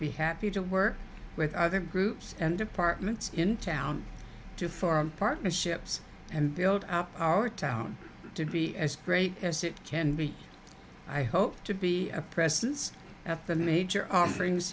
be happy to work with other groups and departments in town to form partnerships and build up our town to be as great as it can be i hope to be a presence at the major offerings